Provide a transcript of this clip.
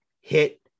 hit